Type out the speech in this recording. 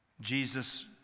Jesus